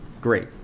great